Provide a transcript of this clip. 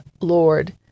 Lord